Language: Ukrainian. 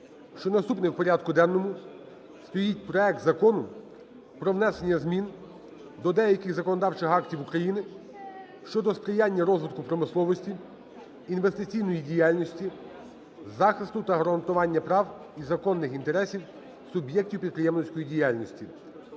що наступним в порядку денному стоїть проект Закону про внесення змін до деяких законодавчих актів України щодо сприяння розвитку промисловості, інвестиційної діяльності, захисту та гарантування прав і законних інтересів суб'єктів підприємницької діяльності